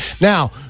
Now